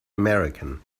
american